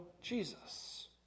Jesus